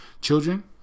children